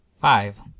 Five